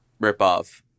ripoff